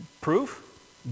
Proof